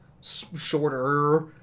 shorter